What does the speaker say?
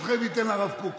ברשותכם, אתן קודם לרב קוק.